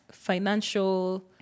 financial